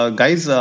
guys